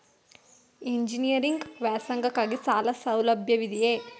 Engineering ವ್ಯಾಸಂಗಕ್ಕಾಗಿ ಸಾಲ ಸೌಲಭ್ಯವಿದೆಯೇ?